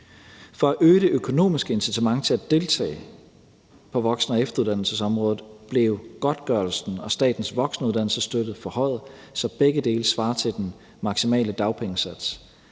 For at øge det økonomiske incitament til at deltage på voksen- og efteruddannelsesområdet blev godtgørelsen og statens voksenuddannelsesstøtte forhøjet, så begge dele svarer til den maksimale dagpengesats.